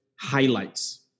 highlights